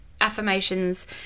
affirmations